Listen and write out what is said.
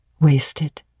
wasted